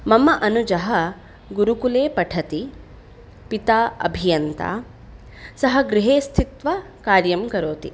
मम अनुजः गुरुकुले पठति पिता अभियन्ता सः गृहे स्थित्वा कार्यं करोति